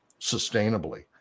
sustainably